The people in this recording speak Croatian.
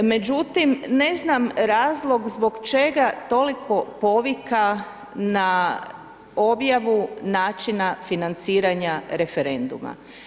Međutim, ne znam razlog zbog čega toliko povika na objavu načina financiranja referenduma.